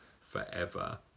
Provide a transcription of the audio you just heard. forever